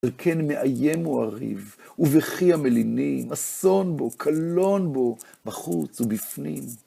וכן מאיים הוא הריב, ובכי המלינים, אסון בו, קלון בו, בחוץ ובפנים.